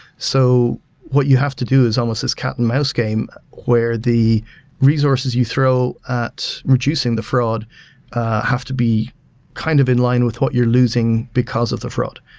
so what you have to do is almost as cat and mouse game where the resources you throw at reducing the fraud have to be kind of in line with what you're losing because of the fraud.